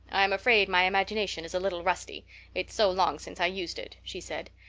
i'm afraid my imagination is a little rusty it's so long since i used it, she said.